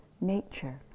nature